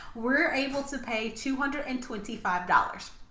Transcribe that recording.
we're able to pay two hundred and twenty five dollars.